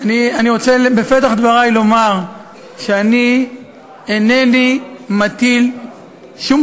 אני רוצה בפתח דברי לומר שאני אינני מטיל שום